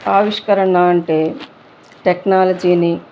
ఆవిష్కరణ అంటే టెక్నాలజీని